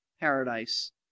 paradise